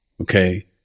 Okay